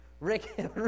Rick